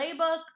playbook